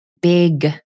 big